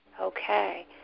Okay